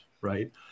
right